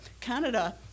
Canada